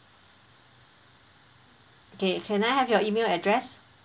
okay can I have your email address